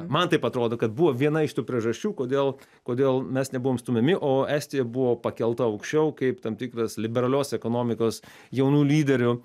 man taip atrodo kad buvo viena iš tų priežasčių kodėl kodėl mes nebuvom stumiami o estija buvo pakelta aukščiau kaip tam tikras liberalios ekonomikos jaunų lyderių